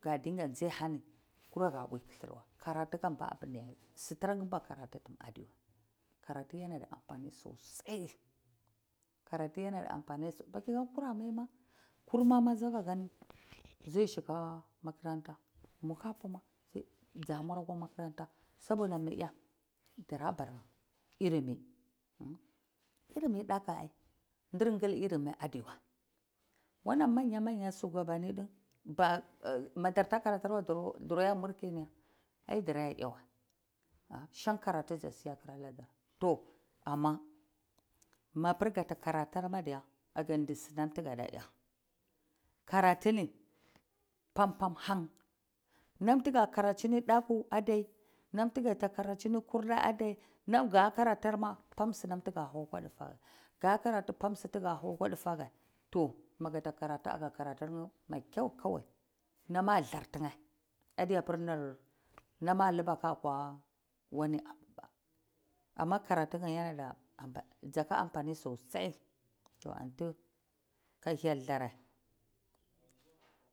Ka dinga dzi ahani kura gah pwi. Karatu kam ba abunda yawuce su tara ngimba karatu tum adiwai karatu yana da ampani sosai karatu yana da ampani baka gan kurma ma zai shiga makaranta muhatu maz dza mure akwa makaranta saboda miya dara bara ilimi ilimi dukuai ndir ngil ilimi adi wai wannan manya manya shugabane dun ba madar ta karatur wai dura ya mulki niya ai daraya wai a, shan karatu dzasiya kir aladar toh ama mapir gata kata karatur madiya aga sunan tigadiya ya karatuni pampam han nam tiya karacini dakwu adai nam tiga karacini kurda adai nam ag karatur ma pam sunam akwa duge geh ga karatu ma pam su tigi hau akwa duge geh yo maga ta karatume aga karatur mai kyau kowai. Nam adlar tine adiyapir nama a liba aka geh akwa wani abu ba ama karatu kam yana da ampani dza ka ampani sosai toh anti ka hyel tur dzlare